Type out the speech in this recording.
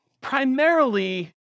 primarily